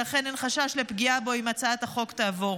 ולכן אין חשש לפגיעה בו אם הצעת החוק תעבור.